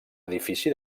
edifici